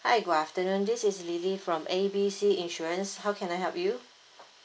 hi good afternoon this is lily from A B C insurance how can I help you